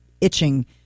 itching